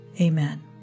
Amen